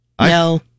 No